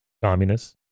Communists